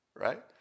right